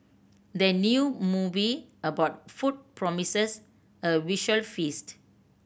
the new movie about food promises a visual feast